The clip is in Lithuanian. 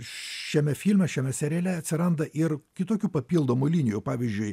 šiame filme šiame seriale atsiranda ir kitokių papildomų linijų pavyzdžiui